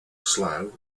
slough